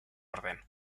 orden